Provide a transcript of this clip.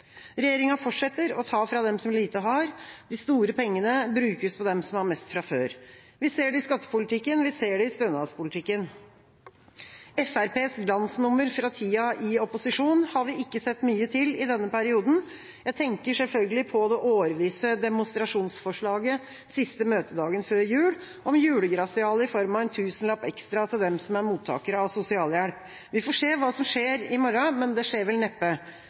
Regjeringa fortsetter å ta fra dem som lite har. De store pengene brukes på dem som har mest fra før. Vi ser det i skattepolitikken. Vi ser det i stønadspolitikken. Fremskrittspartiets glansnummer fra tida i opposisjon har vi ikke sett mye til i denne perioden. Jeg tenker selvfølgelig på det årvisse demonstrasjonsforslaget siste møtedagen før jul om julegratiale i form av en tusenlapp ekstra til dem som er mottakere av sosialhjelp. Vi får se hva som skjer i morgen, men det skjer vel neppe,